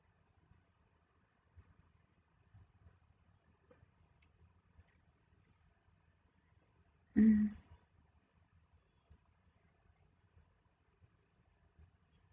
mm